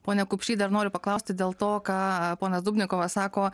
pone kupšį dar noriu paklausti dėl to ką ponas dubnikovas sako